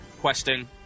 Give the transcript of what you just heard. questing